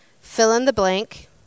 fill-in-the-blank